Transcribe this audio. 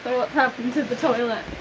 what's happened to the toilet?